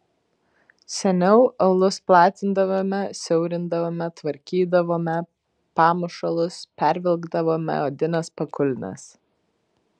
seniau aulus platindavome siaurindavome tvarkydavome pamušalus pervilkdavome odines pakulnes